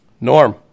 Norm